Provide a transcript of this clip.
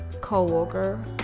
co-worker